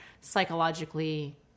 psychologically